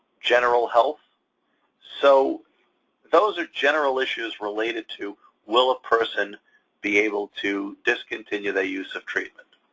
general health so those are general issues related to will a person be able to discontinue their use of treatment.